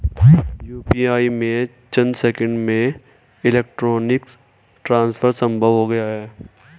UPI से चंद seconds में इलेक्ट्रॉनिक ट्रांसफर संभव हो गया है